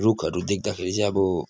रुखहरू देख्दाखेरि चाहिँ अब